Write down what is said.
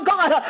God